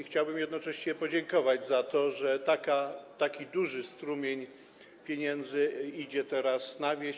Chciałbym jednocześnie podziękować za to, że taki duży strumień pieniędzy idzie teraz na wieś.